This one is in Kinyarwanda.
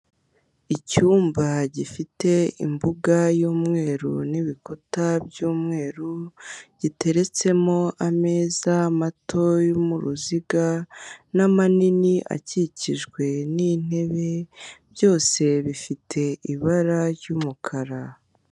Icyumba gifite imbuga y'umweru n'ibikuta by'umweru, giteretsemo ameza mato yo mu ruziga n'amanini akikijwe n'intebe byose bifite ibara ry'umukara.